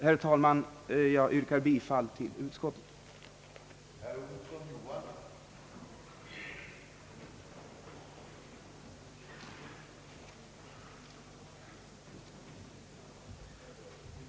Herr talman! Jag yrkar bifall till utskottets förslag.